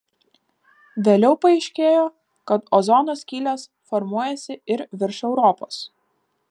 vėliau paaiškėjo kad ozono skylės formuojasi ir virš europos